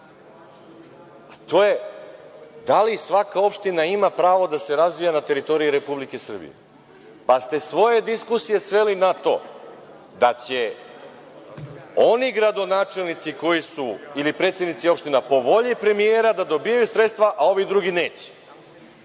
to je da li svaka opština ima pravo da se razvija na teritoriji Republike Srbije, pa ste svoje diskusije sveli na to da će oni gradonačelnici ili predsednici opština koji su po volji premijera da dobijaju sredstva, a ovi drugi neće.